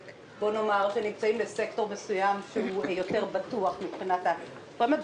שנמצאים בסקטור מסוים שהוא יותר בטוח מבחינת הפרמיות?